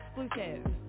exclusive